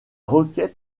requête